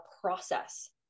process